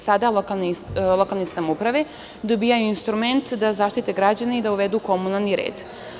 Sada lokalne samouprave dobijaju instrument da zaštite građane i da uvedu komunalni red.